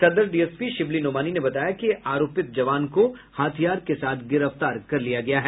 सदर डीएसपी शिब्ली नोमानी ने बताया कि आरोपित जवान को हथियार के साथ गिरफ्तार कर लिया गया है